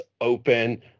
open